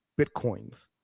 bitcoins